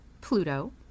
Pluto